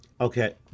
Okay